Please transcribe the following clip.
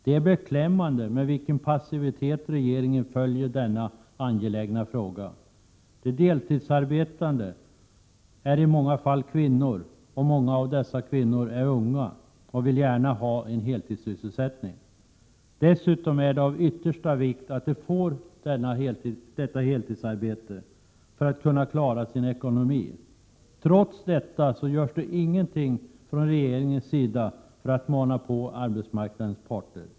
Det är beklämmande med vilken passivitet regeringen följer denna angelägna fråga. De deltidsarbetande är i många fall kvinnor, och många av dessa kvinnor är unga och vill gärna ha en heltidssysselsättning. Det är dessutom av yttersta vikt att de får ett heltidsarbete för att kunna klara sin ekonomi. Trots detta görs ingenting från regeringens sida för att mana på arbetsmarknadens parter.